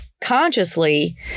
consciously